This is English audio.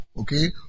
okay